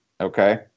Okay